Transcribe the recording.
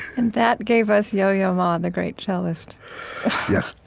and that gave us yo-yo ma, the great cellist yes.